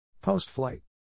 Post-flight